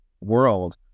world